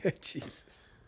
Jesus